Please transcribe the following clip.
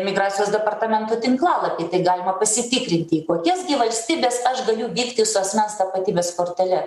migracijos departamento tinklalapy tai galima pasitikrinti į kokias gi valstybes aš galiu vykti su asmens tapatybės kortele